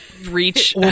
reach